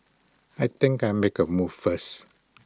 I think I'll make A move first